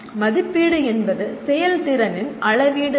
மதிப்பீடு என்பது செயல்திறனின் அளவீடு ஆகும்